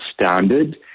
standard